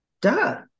Duh